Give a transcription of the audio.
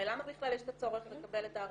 הרי למה בכלל יש את הצורך לקבל את ה-40%,